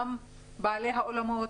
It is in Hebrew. גם בעלי האולמות,